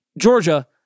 Georgia